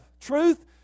Truth